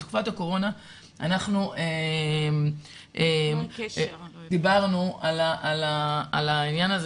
בתקופת הקורונה אנחנו דיברנו על העניין הזה